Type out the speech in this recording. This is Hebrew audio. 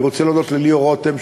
אני רוצה להודות לליאור רותם,